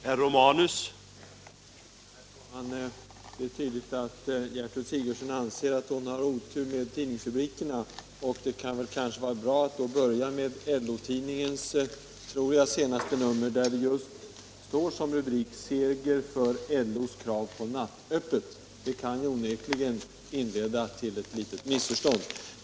Herr talman! Det är tydligt att fru Gertrud Sigurdsen anser att hon har otur med tidningsrubrikerna. Det kan kanske därför vara bra att börja med LO-tidningen. I dess senaste nummer står det som rubrik: ”Seger för LO:s krav på nattöppet.” Det kan onekligen leda till ett litet missförstånd.